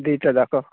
ଦୁଇଟା ଯାକ